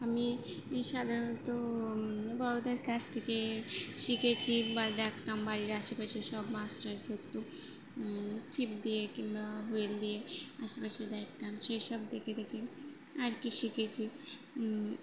আমি সাধারণত বড়দের কাছ থেকে শিখেছি বা দেখতাম বাড়ির আশেপাশে সব মাছ টাছ ধরতো একটু ছিপ দিয়ে কিংবা হুইল দিয়ে আশেপাশে দেখতাম সেই সব দেখে দেখে আর কি শিখেছি